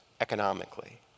economically